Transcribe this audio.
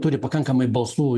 turi pakankamai balsų